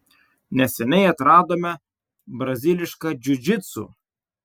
neseniai atradome brazilišką džiudžitsu